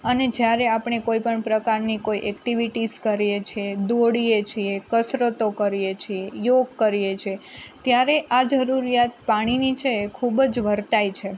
અને જ્યારે આપણે કોઈપણ પ્રકારની કોઈ એક્ટિવિટીસ કરીએ છીએ દોડીએ છીએ કસરતો કરીએ છીએ યોગ કરીએ છીએ ત્યારે આ જરૂરિયાત પાણીની છે એ ખૂબ જ વર્તાય છે